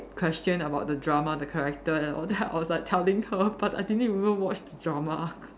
question about the drama the character and all that I was like telling her but I didn't even watch the drama